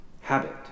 habit